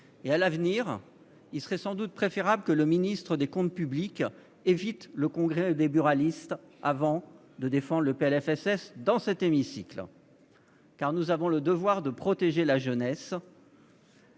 À l'avenir, il serait préférable que le ministre chargé des comptes publics évite de se rendre au congrès des buralistes avant de défendre le PLFSS dans cet hémicycle ... Nous avons le devoir de protéger la jeunesse.